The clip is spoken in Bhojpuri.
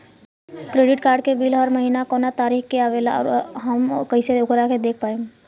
क्रेडिट कार्ड के बिल हर महीना कौना तारीक के आवेला और आउर हम कइसे ओकरा के देख पाएम?